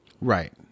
right